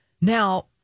now